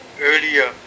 earlier